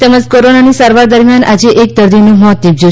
તેમજ કોરોનાની સારવાર દરમિયાન આજે એક દર્દીનું મોત નિપશ્યું છે